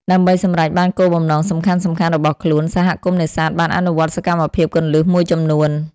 ដើម្បីសម្រេចបានគោលបំណងសំខាន់ៗរបស់ខ្លួន សហគមន៍នេសាទបានអនុវត្តសកម្មភាពគន្លឹះមួយចំនួន។